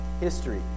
history